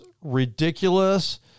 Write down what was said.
ridiculous